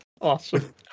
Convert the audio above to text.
Awesome